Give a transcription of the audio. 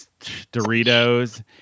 Doritos